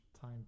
time